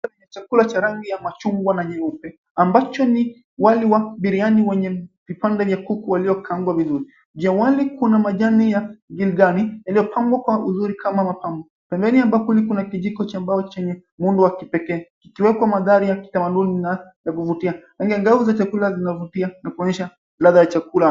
Chakula cha rangi ya machungwa na nyeupe, ambacho ni wali wa biriani wenye vipande vya kuku waliokangwa vizuri, juu ya wali kuna majani ya gilgilani yaliopambwa kwa uzuri kama mapambo. Pembeni, ambapo kuna kijiko cha mbao chenye muundo wa kipekee, kikiweka manthari ya kitamaduni na kuvutia. Kwenye ngavu za chakula zinavutia na kuonyesha ladha ya chakula.